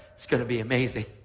it's going to be amazing.